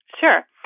Sure